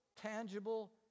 tangible